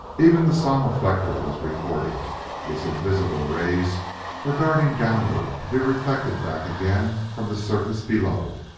even the sonoflector was recording its invisible rays were darting downward to be reflected back again from the surface below.